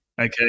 Okay